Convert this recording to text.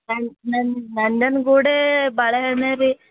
ನಂಜ ನಂಜ ನಂಜನಗೂಡೆ ಬಾಳೆಹಣ್ಣೆ ರೀ